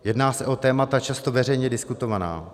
Jedná se o témata často veřejně diskutovaná.